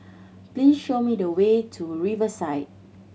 please show me the way to Riverside